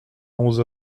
onze